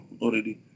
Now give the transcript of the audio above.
already